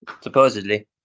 Supposedly